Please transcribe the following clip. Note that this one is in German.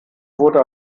wurde